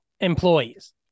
employees